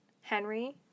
Henry